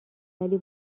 ولی